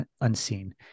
unseen